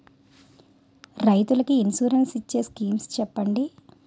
రైతులు కి ఇన్సురెన్స్ ఇచ్చే స్కీమ్స్ చెప్పండి?